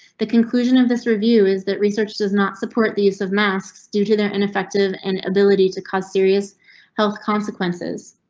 the conclusion of this review is that research does not support these of masks due to their ineffective and ability to cause serious health consequences.